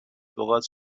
لغات